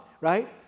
right